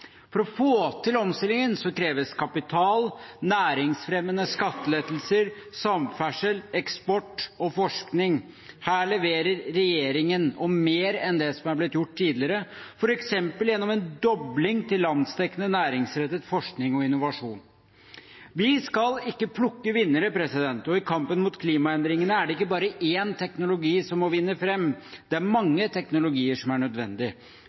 For å få til omstillingen kreves kapital, næringsfremmende skattelettelser, samferdsel, eksport og forskning. Her leverer regjeringen – og mer enn det som er blitt gjort tidligere – f.eks. gjennom en dobling til landsdekkende næringsrettet forskning og innovasjon. Vi skal ikke plukke vinnere, og i kampen mot klimaendringene er det ikke bare én teknologi som må vinne fram, det er mange teknologier som er nødvendig.